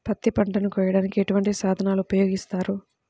పత్తి పంటను కోయటానికి ఎటువంటి సాధనలు ఉపయోగిస్తారు?